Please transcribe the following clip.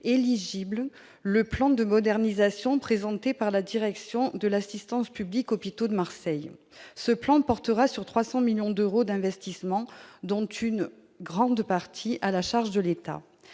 éligible le plan de modernisation présenté par la direction de l'Assistance publique-Hôpitaux de Marseille, l'AP-HM. Ce plan portera sur 300 millions d'euros d'investissement, dont une grande partie à la charge de l'État.